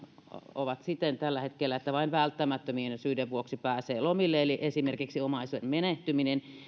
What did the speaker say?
ovat siten tällä hetkellä että vain välttämättömien syiden vuoksi pääsee lomille eli esimerkiksi omaisen menehtyminen